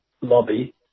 lobby